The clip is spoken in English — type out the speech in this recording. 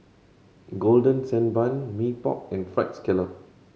Golden Sand Bun Mee Pok and Fried Scallop